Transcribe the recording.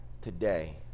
today